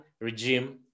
regime